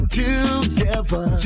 together